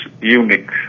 unique